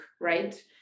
right